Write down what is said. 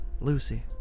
Lucy